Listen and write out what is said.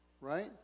Right